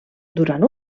durant